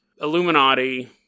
Illuminati